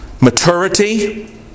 maturity